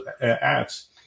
ads